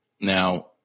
Now